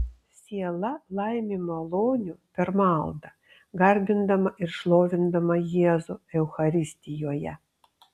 siela laimi malonių per maldą garbindama ir šlovindama jėzų eucharistijoje